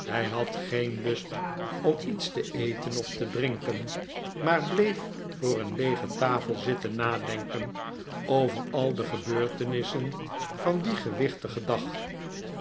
hij had geen lust om iets te eten of te drinken maar bleef voor een leege tafel zitten nadenken over al de gebeurtenissen van dien gewichtigen dag